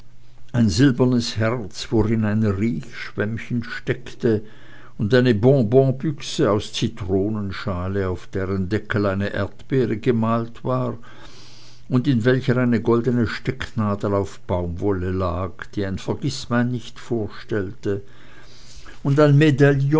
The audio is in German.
ein silbernes herz worin ein riechschwämmchen steckte und eine bonbonbüchse aus zitronenschale auf deren deckel eine erdbeere gemalt war und in welcher eine goldene stecknadel auf baumwolle lag die ein vergißmeinnicht vorstellte und ein